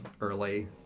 early